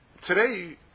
Today